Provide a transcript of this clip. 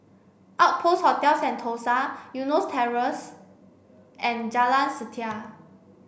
Outpost Hotel Sentosa Eunos Terrace and Jalan Setia